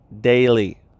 daily